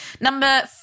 Number